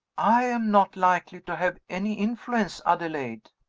i am not likely to have any influence, adelaide.